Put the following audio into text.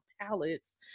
palettes